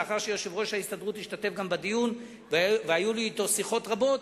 לאחר שיושב-ראש ההסתדרות גם הוא השתתף בדיון והיו לי אתו שיחות רבות,